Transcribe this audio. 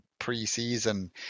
pre-season